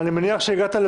אין נמנעים,